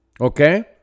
okay